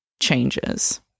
changes